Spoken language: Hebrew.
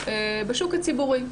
בשוק הציבורי.